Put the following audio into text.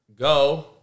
go